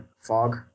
fog